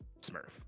Smurf